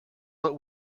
what